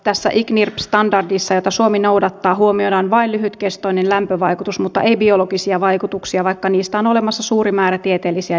tässä icnirp standardissa jota suomi noudattaa huomioidaan vain lyhytkestoinen lämpövaikutus mutta ei biologisia vaikutuksia vaikka niistä on olemassa suuri määrä tieteellisiä julkaisuja